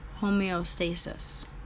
homeostasis